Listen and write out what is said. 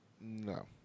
no